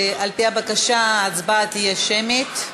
על-פי הבקשה, ההצבעה תהיה שמית.